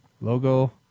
Logo